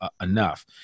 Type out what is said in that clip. enough